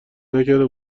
نکرده